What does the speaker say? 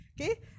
Okay